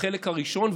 בחלק הראשון,